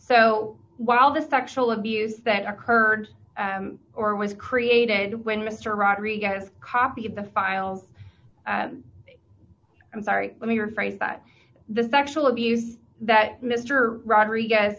so while the sexual abuse that occurred or was created when mr rodriguez copy of the files i'm sorry let me rephrase that the sexual abuse that mr rodriguez